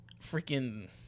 freaking